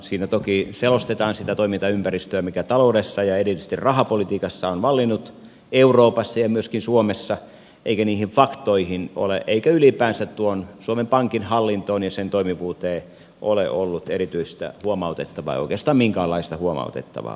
siinä toki selostetaan sitä toimintaympäristöä mikä taloudessa ja erityisesti rahapolitiikassa on vallinnut euroopassa ja myöskin suomessa eikä niihin faktoihin eikä ylipäänsä suomen pankin hallintoon ja sen toimivuuteen ole ollut erityistä huomautettavaa ei oikeastaan minkäänlaista huomautettavaa todellakaan ei